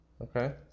okay